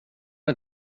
det